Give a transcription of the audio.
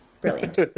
Brilliant